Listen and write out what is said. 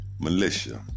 militia